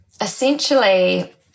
essentially